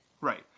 Right